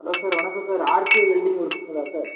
hello sir வணக்கம் sir RK welding ஒர்க்ஸ்ங்களா sir